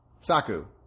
Saku